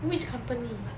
which company